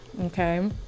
okay